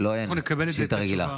אני רוצה שאלת המשך.